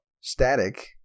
Static